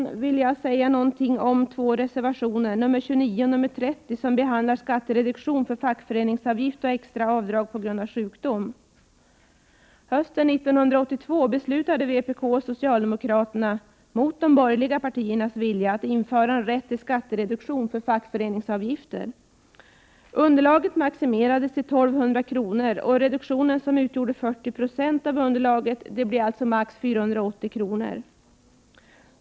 Så vill jag säga något om reservationerna 29 och 30, som handlar om skattereduktion för fackföreningsavgift och extra avdrag på grund av sjukdom. Hösten 1982 beslutade vpk och socialdemokraterna, mot de borgerliga partiernas vilja, att införa en rätt till skattereduktion för fackföreningsavgifter. Underlaget maximerades till 1 200 kr., och reduktionen som utgjorde 40 96 av underlaget blev alltså högst 480 kr.